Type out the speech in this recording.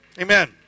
Amen